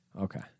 Okay